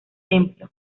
templo